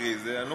איילת שקד.